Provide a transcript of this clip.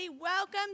Welcome